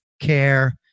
care